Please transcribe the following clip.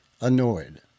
Annoyed